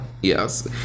Yes